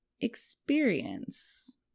experience